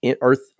earth